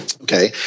Okay